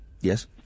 Yes